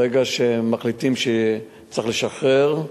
ברגע שהם מחליטים שצריך לשחרר,